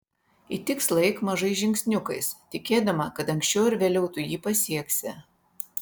į tikslą eik mažais žingsniukais tikėdama kad anksčiau ar vėliau tu jį pasieksi